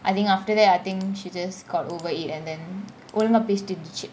I think after that I think she just got over it and then ஒழுங்கா பேசிட்டு இருந்துச்சி :olunga peasitu irunthuchi